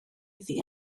iddi